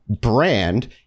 brand